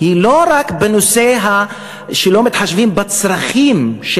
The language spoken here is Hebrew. היא לא רק בכך שלא מתחשבים בצרכים של